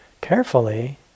carefully